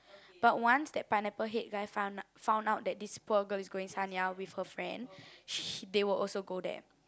but once that Pineapple Head guy find found out this poor girl is going Sanya with her friend sh~ they will also go there